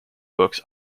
books